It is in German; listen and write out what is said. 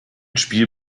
spiel